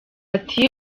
ati